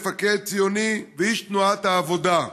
מפקד ציוני ואיש תנועת העבודה.